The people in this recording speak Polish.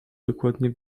dokładnie